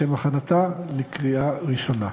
לשם הכנתה לקריאה ראשונה.